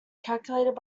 calculated